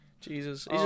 Jesus